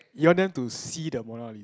you want them to see the Mona Lisa